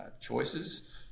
choices